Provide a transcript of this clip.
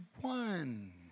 one